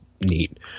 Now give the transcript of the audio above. neat